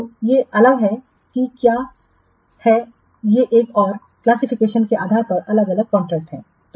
तो ये अलग हैं कि यह क्या है ये एक और क्लासिफिकेशनके आधार पर अलग अलग कॉन्ट्रैक्ट हैं ओके